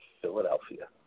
Philadelphia